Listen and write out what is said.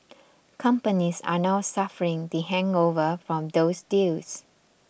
companies are now suffering the hangover from those deals